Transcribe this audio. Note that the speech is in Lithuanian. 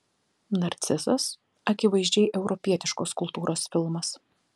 narcizas akivaizdžiai europietiškos kultūros filmas